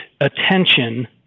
attention